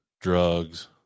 Drugs